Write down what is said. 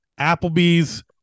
Applebee's